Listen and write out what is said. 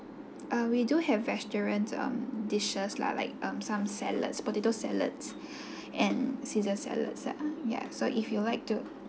uh we do have vegetarian um dishes lah like um some salads potato salads and caesar salads ya so if you'd like to